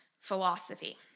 philosophy